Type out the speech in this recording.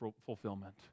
fulfillment